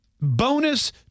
bonus